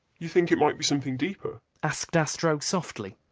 you think it might be something deeper? asked astro softly.